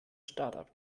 startup